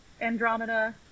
Andromeda